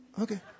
Okay